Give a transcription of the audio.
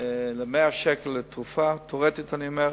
ל-100 שקל לתרופה, תיאורטית אני אומר,